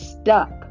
stuck